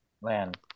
land